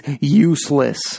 useless